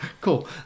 cool